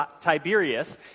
Tiberius